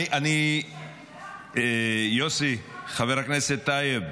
אני, יוסי, חבר הכנסת טייב,